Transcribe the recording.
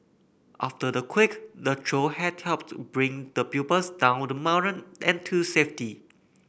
after the quake the trio had helped bring the pupils down the mountain and to safety